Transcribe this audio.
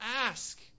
ask